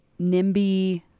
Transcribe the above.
NIMBY